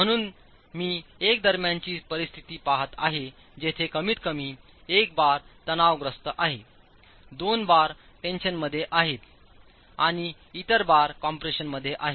म्हणून मी एक दरम्यानचे परिस्थिती पहात आहे जेथे कमीतकमी एक बार तणावग्रस्त आहे दोन बार टेन्शनमध्ये आहेत आणि इतर बार कम्प्रेशनमध्ये आहेत